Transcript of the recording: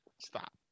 Stop